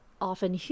often